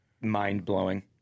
mind-blowing